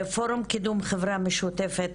פורום 'קידום חברה משותפת',